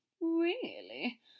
Really